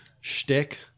shtick